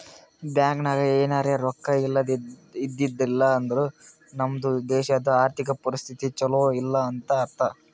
bank ನಾಗ್ ಎನಾರೇ ರೊಕ್ಕಾ ಇದ್ದಿದ್ದಿಲ್ಲ ಅಂದುರ್ ನಮ್ದು ದೇಶದು ಆರ್ಥಿಕ್ ಪರಿಸ್ಥಿತಿ ಛಲೋ ಇಲ್ಲ ಅಂತ ಅರ್ಥ